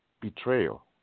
betrayal